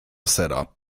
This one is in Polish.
sera